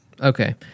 Okay